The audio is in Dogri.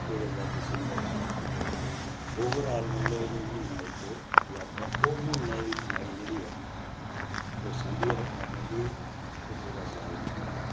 ओह्दे बाद दिसंबर च ओवर ऑल मतलब कोई म्हीना एक्क जात्तरा ओह् म्हीना दी कमाई जेह्ड़ी ऐ ना ओह् साम्भियै रखना पौंदी ही ओह् पूरा साल मतलब के